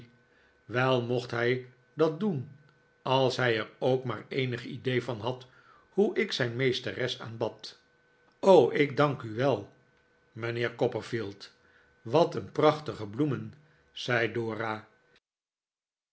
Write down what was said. wei mocht hij dat doen als hij er ook maar eenig idee van had hoe ik zijn meesteres aanbad r o ik dank u wel mijnheer copperfield wat een prachtige bloemen zei dora